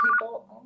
people